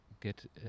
get